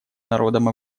народом